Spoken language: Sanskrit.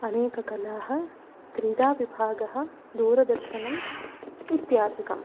अनेककलाः क्रीडाविभागः दूरदर्शनम् इत्यादिकम्